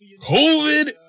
COVID